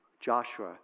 Joshua